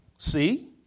See